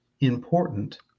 important